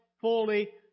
fully